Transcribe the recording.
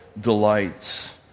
delights